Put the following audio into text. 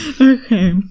Okay